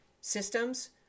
Systems